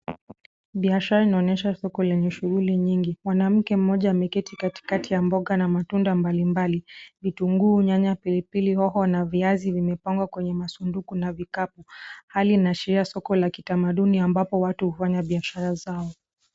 Biashara inaonyesha soko lenye shughuli nyingi. Mwanamke mmoja ameketi katikati ya mboga na matunda mbalimbali. Vitunguu, nyanya, pilipil, hoho na viazi, vimepangwa kwenye masanduku na vikapu. Hali inaashiria soko la kitamaduni ambapo watu hufanya biashara zao.